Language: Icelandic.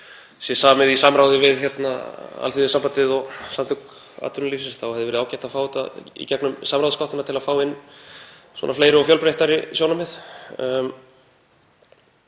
sé samið í samráði við Alþýðusambandið og Samtök atvinnulífsins hefði verið ágætt að fá þetta í gegnum samráðsgáttina til að fá inn fleiri og fjölbreyttari sjónarmið.